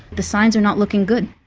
the signs are not looking good.